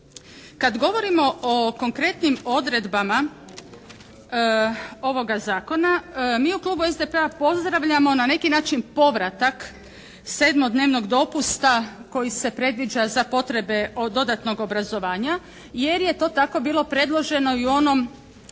Kad govorimo o konkretnim odredbama ovoga zakona mi u Klubu SDP-a pozdravljamo na neki način povratak sedmodnevnog dopusta koji se predviđa za potrebe dodatnog obrazovanja jer je to tako bilo predloženo u onom